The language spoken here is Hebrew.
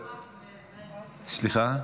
אני רוצה רק, רגע,